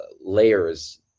layers